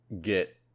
get